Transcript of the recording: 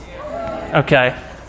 okay